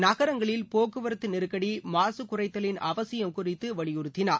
நகரங்களில் போக்குவரத்து நெருக்கடி மாசு குறைத்தலின் அவசியம் குறித்து வலியுறுத்தினார்